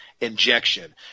injection